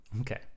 Okay